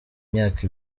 imyaka